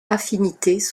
affinités